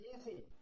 easy